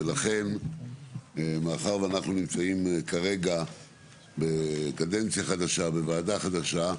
ולכן מאחר ואנחנו נמצאים כרגע בקדנציה חדשה בוועדה חדשה,